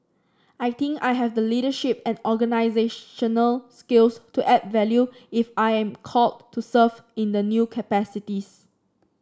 I think I have the leadership and organisational skills to add value if I am called to serve in the new capacities